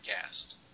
Cast